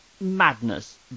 madness